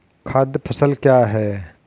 खाद्य फसल क्या है?